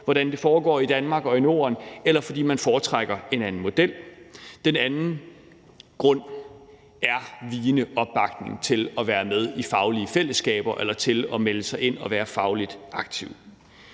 hvordan det foregår i Danmark og i Norden, eller fordi man foretrækker en anden model. Den anden udfordring er vigende opbakning til at være med i faglige fællesskaber eller til at melde sig ind og være fagligt aktiv.